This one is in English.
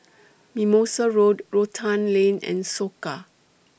Mimosa Road Rotan Lane and Soka